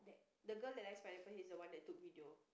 the girl that likes pineapple he's the one that took video